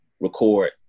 record